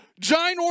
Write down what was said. ginormous